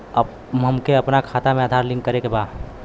हमके अपना खाता में आधार लिंक करें के बा?